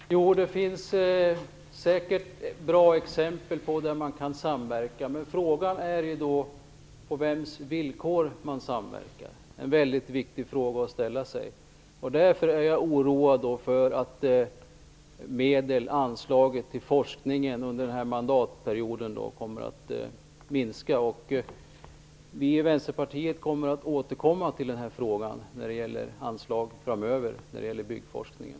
Fru talman! Det finns säkert bra exempel på där man kan samverka. Men frågan är på vems villkor man samverkar. Det är en väldigt viktig fråga att ställa sig. Jag är oroad för att anslaget till forskningen kommer att minska under den här mandatperioden. Vi i Vänsterpartiet kommer framöver att återkomma till frågan om anslag till byggforskningen.